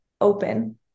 open